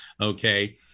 Okay